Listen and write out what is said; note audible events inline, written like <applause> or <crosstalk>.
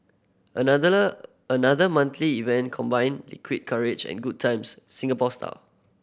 <unintelligible> another monthly event combining liquid courage and good times Singapore style